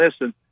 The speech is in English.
listen